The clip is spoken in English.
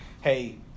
hey